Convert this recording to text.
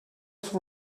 for